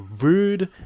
rude